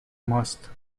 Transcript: ماست